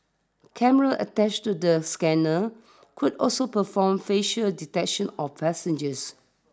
cameras attached to the scanner would also perform facial detection of passengers